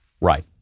Right